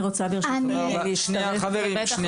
אני רוצה ברשותך שנייה, חברים, אנחנו